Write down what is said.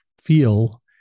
feel